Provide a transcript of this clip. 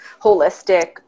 holistic